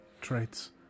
traits